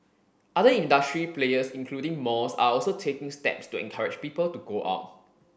other industry players including malls are also taking steps to encourage people to go out